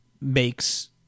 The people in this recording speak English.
makes